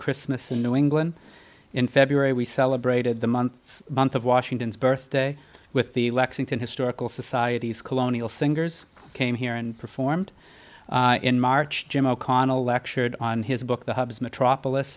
christmas and new england in february we celebrated the months month of washington's birthday with the lexington historical societies colonial singers came here and performed in march jim o'connell lectured on his book the hubs metropolis